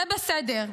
זה בסדר.